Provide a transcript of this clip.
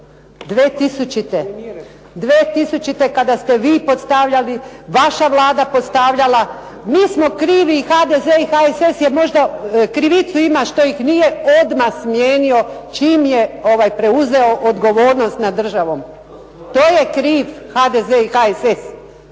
2000. 2000. kada ste vi postavljali, vaša Vlada postavlja, mi smo krivi HDZ i HSS jer možda krivicu ima što ih nije odmah smijenio čim je preuzeo odgovornost nad državom. To je kriv HDZ i HSS